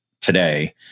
today